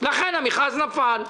לכן המכרז נפל.